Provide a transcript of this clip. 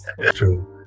True